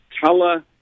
Color